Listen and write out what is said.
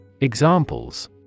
Examples